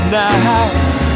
nights